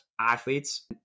athletes